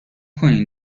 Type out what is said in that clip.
کنین